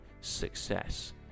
success